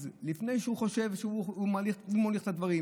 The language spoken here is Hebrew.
ולפני שהוא חושב שהוא מוליך את הדברים.